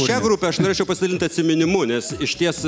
šią grupę aš norėčiau pasidalint atsiminimu nes išties